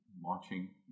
watching